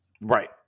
Right